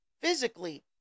Physically